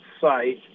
site